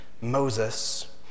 Moses